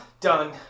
Done